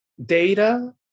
data